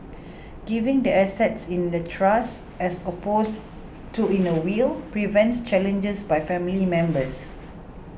giving the assets in a trust as opposed to in a will prevents challenges by family members